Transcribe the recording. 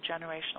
generational